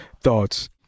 thoughts